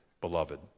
beloved